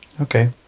Okay